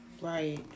right